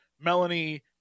Melanie